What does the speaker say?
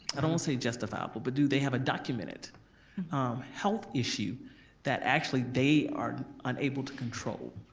i don't wanna say justifiable, but do they have a documented health issue that actually they are unable to control?